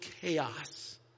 chaos